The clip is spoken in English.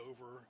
over